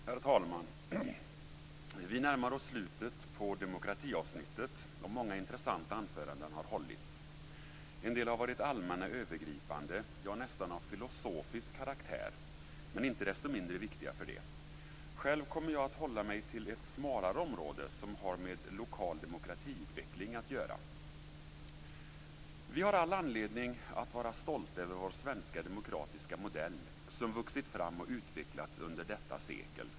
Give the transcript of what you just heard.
Herr talman! Vi närmar oss slutet på demokratiavsnittet, och många intressanta anföranden har hållits. En del har varit allmänna och övergripande, ja, nästan av filosofisk karaktär, men inte desto mindre viktiga för det. Själv kommer jag att hålla mig till ett smalare område som har med lokal demokratiutveckling att göra. Vi har all anledning att vara stolta över vår svenska demokratiska modell som vuxit fram och utvecklats under detta sekel.